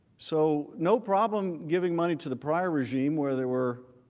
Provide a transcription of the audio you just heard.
so no problem giving money to the prior regime, where there were